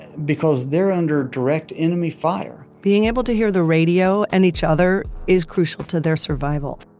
because they're under direct enemy fire being able to hear the radio and each other is crucial to their survival